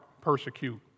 persecute